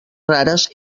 rares